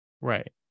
Right